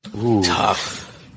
Tough